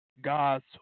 God's